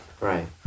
right